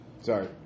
Sorry